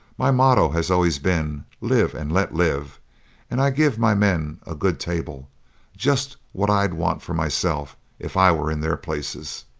my motto has always been live and let live and i give my men a good table just what i'd want for myself if i were in their places.